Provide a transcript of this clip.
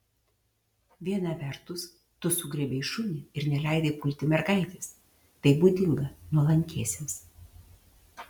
viena vertus tu sugriebei šunį ir neleidai pulti mergaitės tai būdinga nuolankiesiems